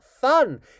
fun